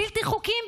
בלתי חוקיים,